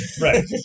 right